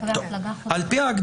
גם אזרחי ישראל.